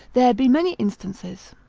there be many instances.